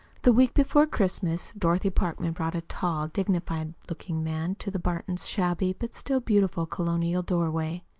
the week before christmas dorothy parkman brought a tall, dignified-looking man to the burtons' shabby, but still beautiful, colonial doorway.